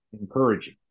encouraging